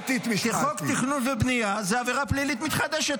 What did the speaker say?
אתית ----- כי חוק תכנון ובנייה זה עבירה פלילית מתחדשת.